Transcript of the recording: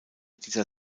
dieser